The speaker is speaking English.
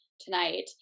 tonight